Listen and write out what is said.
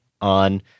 on